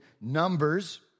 Numbers